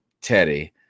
Teddy